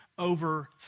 Over